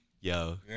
Yo